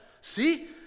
See